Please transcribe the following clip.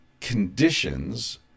conditions